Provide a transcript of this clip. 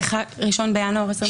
1 בינואר 2027?